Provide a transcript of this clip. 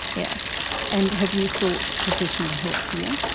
yeah and have you sought professional help here?